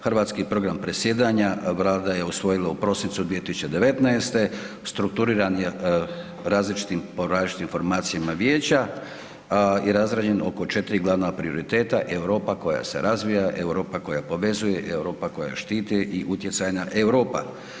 Hrvatski program predsjedanja Vlada je usvojila u prosincu 2019., strukturirani različitim, po različitim informacijama vijeća i razrađen oko 4 glavna prioriteta, Europa koja se razvija, Europa koja povezuje, Europa koja štiti i utjecajna Europa.